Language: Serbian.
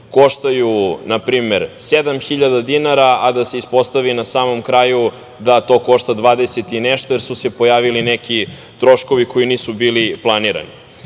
koštaju na primer 7.000 dinara, a da se ispostavi na samom kraju da to košta 20.000 i nešto, jer su se pojavili neki troškovi koji nisu bili planirani. Imajući